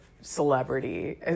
celebrity